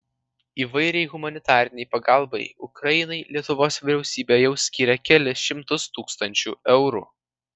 įvairiai humanitarinei pagalbai ukrainai lietuvos vyriausybė jau skyrė kelis šimtus tūkstančių eurų